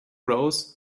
rose